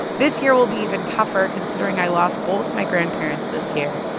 this year will be even tougher considering i lost both my grandparents this year.